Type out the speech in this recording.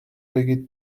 بگید